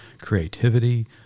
creativity